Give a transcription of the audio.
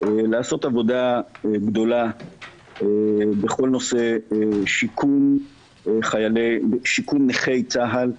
לעשות עבודה גדולה בכל נושא שיקום נכי צה"ל.